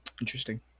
Interesting